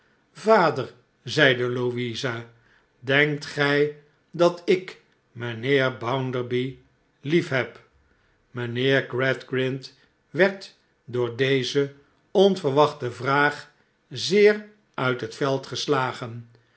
vader zeide louisa denkt gij dat ik mijnheer bounderby liefheb mijnheer gradgrind werd door deze onverwachte vraag zeer uit het veld geslagen